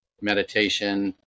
meditation